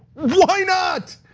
why not?